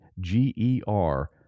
G-E-R